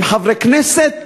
הם חברי כנסת,